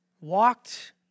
walked